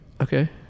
Okay